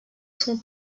son